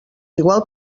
igual